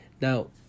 now